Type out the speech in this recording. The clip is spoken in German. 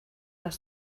das